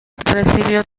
recibió